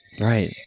right